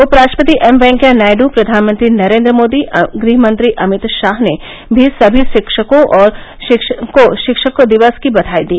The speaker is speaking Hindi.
उप राष्ट्रपति एमवैकेया नायडू प्रधानमंत्री नरेन्द्र मोदी गृहमंत्री अमित शाह ने भी सभी शिक्षकों को शिक्षक दिवस की बधाई दी